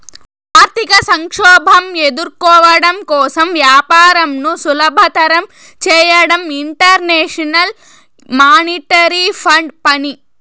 ఆర్థిక సంక్షోభం ఎదుర్కోవడం కోసం వ్యాపారంను సులభతరం చేయడం ఇంటర్నేషనల్ మానిటరీ ఫండ్ పని